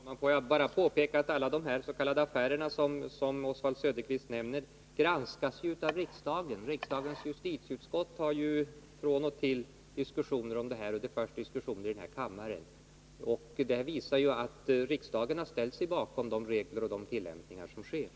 Herr talman! Alla de affärer som Oswald Söderqvist nämnde har granskats avriksdagen. Riksdagens justitieutskott har av och till diskussioner om dessa frågor, och det förs diskussioner här i kammaren. De har visat att riksdagen har ställt sig bakom de regler som finns och den tillämpning av reglerna som sker.